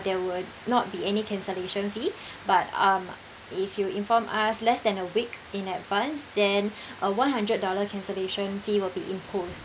there would not be any cancellation fee but um if you inform us less than a week in advance then uh one hundred dollar cancellation fee will be imposed